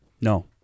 No